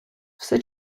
все